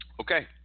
Okay